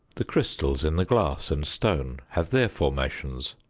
the crystals in the glass and stone have their formations,